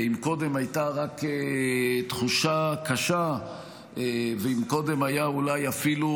אם קודם הייתה רק תחושה קשה ואם קודם הייתה אפילו